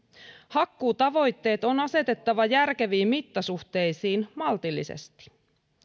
hakkuutavoitteet on asetettava järkeviin mittasuhteisiin maltillisesti